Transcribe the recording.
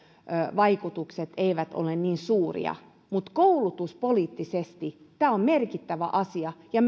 vaikutukset eivät ole niin suuria niin koulutuspoliittisesti tämä on merkittävä asia ja